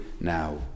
now